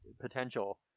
potential